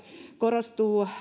korostuu jatkossa